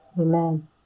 Amen